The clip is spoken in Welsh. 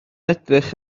edrych